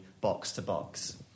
box-to-box